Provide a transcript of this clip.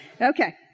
Okay